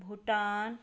Bhutan